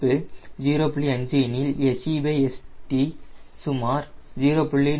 5 எனில் SeSt சுமார் 0